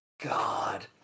God